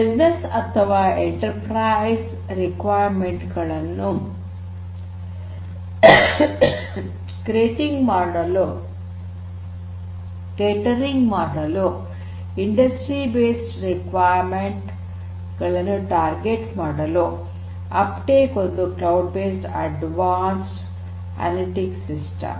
business ಅಥವಾ enterprise requirement ಗಳನ್ನು ಪೂರೈಕೆ ಮಾಡಲು ಇಂಡಸ್ಟ್ರಿ ಬೇಸ್ಡ್ ರಿಕ್ವಾರ್ಮೆಂಟ್ ಗಳನ್ನು ಟಾರ್ಗೆಟ್ ಮಾಡಲು ಅಪ್ಟೇಕ್ ಒಂದು ಕ್ಲೌಡ್ ಬೇಸ್ಡ್ ಅಡ್ವಾನ್ಸ್ಡ್ಅನಲಿಟಿಕ್ ಸಿಸ್ಟಮ್